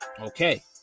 Okay